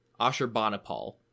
Ashurbanipal